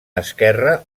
esquerre